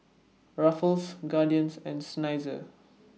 Ruffles Guardian and Seinheiser